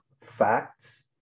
facts